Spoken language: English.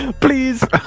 Please